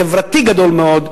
נזק חברתי גדול מאוד,